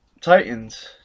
titans